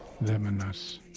Them-and-us